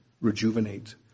rejuvenate